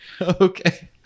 okay